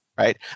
right